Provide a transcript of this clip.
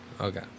Okay